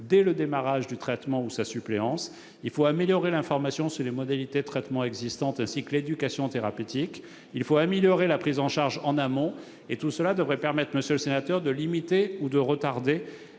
dès le démarrage du traitement ou sa suppléance. Il faut également améliorer l'information sur les modalités de traitement existantes, ainsi que l'éducation thérapeutique. Enfin, il convient de renforcer la prise en charge en amont. Tout cela devrait permettre, monsieur le sénateur, de limiter ou de retarder